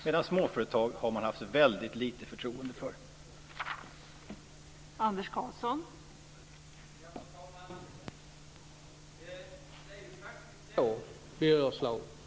Man har haft ett väldigt litet förtroende för småföretag.